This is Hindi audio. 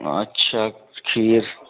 अच्छा खीर